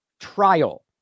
trial